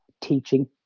teaching